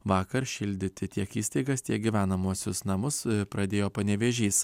vakar šildyti tiek įstaigas tiek gyvenamuosius namus pradėjo panevėžys